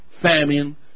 famine